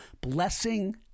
blessing